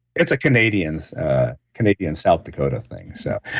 it's a canadian-south ah canadian-south dakota thing. so